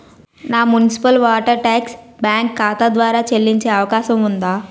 నా municipal water tax bank ఖాతా ద్వారా చెల్లించే అవకాశం ఉందా?